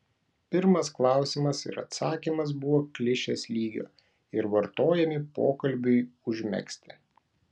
pirmas klausimas ir atsakymas buvo klišės lygio ir vartojami pokalbiui užmegzti